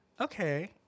Okay